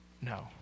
No